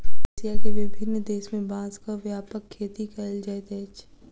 Asia के विभिन्न देश में बांसक व्यापक खेती कयल जाइत अछि